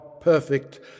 perfect